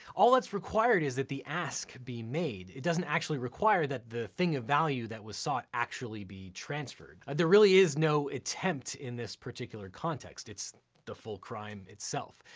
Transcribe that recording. all that's required is that the ask be made. it doesn't actually require that the thing of value that was sought actually be transferred. there really is no attempt in this particular context, it's the full crime itself.